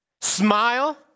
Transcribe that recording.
Smile